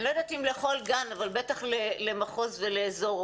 אני לא יודעת אם לכל גן אבל בטח למחוז ולאזור.